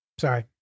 Sorry